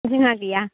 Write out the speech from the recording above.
जोंना गैया